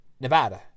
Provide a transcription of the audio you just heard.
Nevada